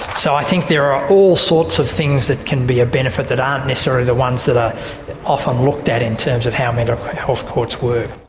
so i think there are all sorts of things that can be of benefit that aren't necessarily the ones that are often looked at in terms of how mental health courts work.